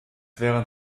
während